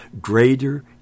greater